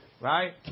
Right